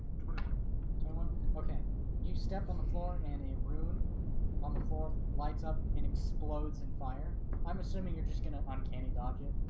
so um okay you step on the floor and a rune on the floor lights up and explodes and fire i'm assuming you're just gonna uncanny dodge it